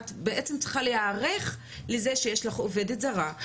את צריכה להיערך לזה שיש לך עובדת זרה,